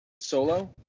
solo